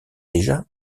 déjà